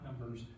numbers